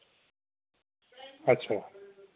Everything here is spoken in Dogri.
अच्छा